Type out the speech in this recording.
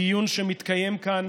דיון שמתקיים כאן